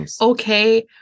okay